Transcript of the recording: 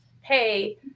hey